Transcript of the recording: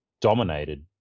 dominated